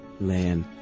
land